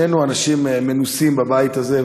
שנינו אנשים מנוסים בבית הזה,